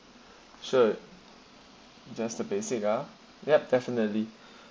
sure just the basic ah yup definitely